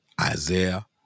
Isaiah